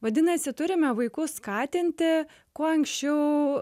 vadinasi turime vaikus skatinti kuo anksčiau